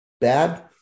bad